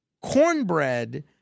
cornbread